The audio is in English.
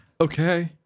Okay